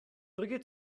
brücke